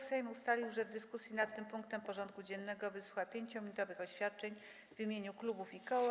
Sejm ustalił, że w dyskusji nad tym punktem porządku dziennego wysłucha 5-minutowych oświadczeń w imieniu klubów i koła.